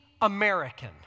American